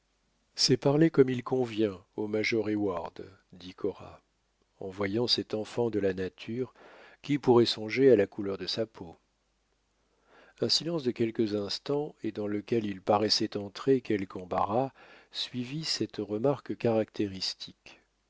c'est parler comme il convient au major heyward dit cora en voyant cet enfant de la nature qui pourrait songer à la couleur de sa peau un silence de quelques instants et dans lequel il paraissait entrer quelque embarras suivit cette remarque caractéristique